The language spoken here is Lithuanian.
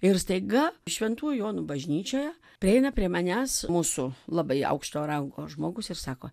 ir staiga šventų jonų bažnyčioje prieina prie manęs mūsų labai aukšto rango žmogus ir sako